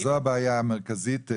אז זו הבעיה המרכזית,